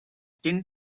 thin